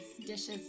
dishes